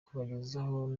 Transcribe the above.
kubagezaho